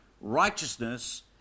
righteousness